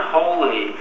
holy